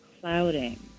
clouding